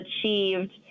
achieved